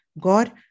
God